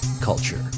culture